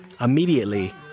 Immediately